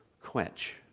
quench